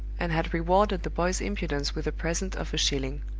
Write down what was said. and had rewarded the boy's impudence with a present of a shilling.